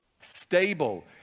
stable